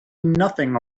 nothing